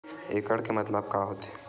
एकड़ के मतलब का होथे?